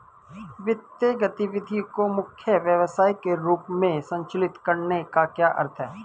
वित्तीय गतिविधि को मुख्य व्यवसाय के रूप में संचालित करने का क्या अर्थ है?